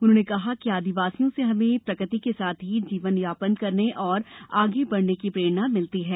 उन्होंने कहा कि आदिवासियों से हमें प्रकृति के साथ जीवनयापन करने और आगे बढने की प्रेरणा मिलती है